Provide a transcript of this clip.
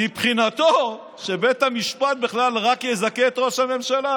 הרי חסר לו מבחינתו שבית המשפט בכלל רק יזכה את ראש הממשלה.